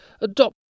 Adopt